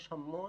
יש המון,